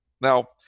Now